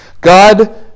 God